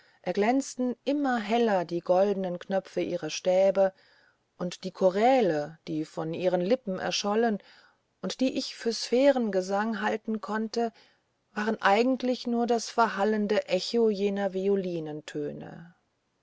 erglänzten immer heller die goldnen knöpfe ihrer stäbe und die choräle die von ihren lippen erschollen und die ich für sphärengesang halten konnte waren eigentlich nur das verhallende echo jener